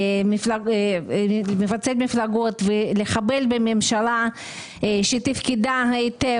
לפצל מפלגות ולחבל בממשלה שתפקדה היטב,